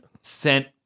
Sent